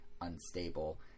unstable